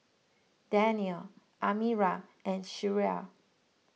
Danial Amirah and Syirah